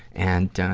and, ah,